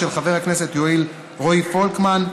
של חבר הכנסת רועי פולקמן,